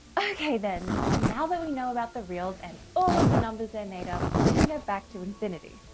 okay then now that we know about the reals and all of the numbers they're made of we can get back to infinity.